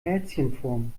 herzchenform